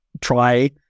try